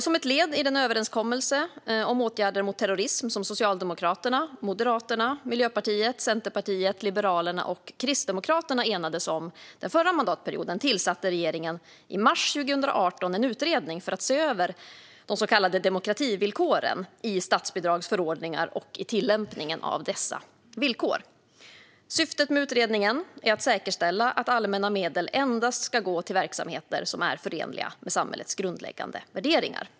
Som ett led i den överenskommelse om åtgärder mot terrorism som Socialdemokraterna, Moderaterna, Miljöpartiet, Centerpartiet, Liberalerna och Kristdemokraterna enades om under den förra mandatperioden tillsatte regeringen i mars 2018 en utredning för att se över de så kallade demokrativillkoren i statsbidragsförordningar och tillämpningen av dessa villkor. Syftet med utredningen är att säkerställa att allmänna medel endast ska gå till verksamheter som är förenliga med samhällets grundläggande värderingar.